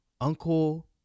uncle